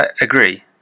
agree